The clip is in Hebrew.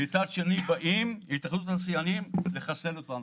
מצד שני באים התאחדות התעשיינים לחסל אותנו.